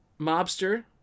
mobster